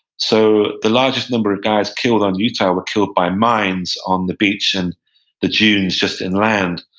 so the largest number of guys killed on utah were killed by mines on the beach and the dunes just inland.